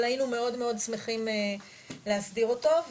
אבל היינו מאוד מאוד שמחים להסדיר אותו.